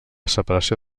separació